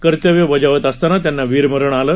कर्तव्य बजावत असताना त्यांना वीरमरण आलं